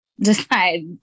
decide